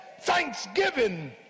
thanksgiving